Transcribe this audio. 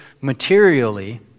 materially